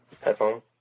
Headphone